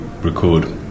record